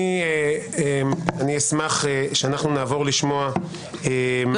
אני אשמח שאנחנו נעבור לשמוע --- זה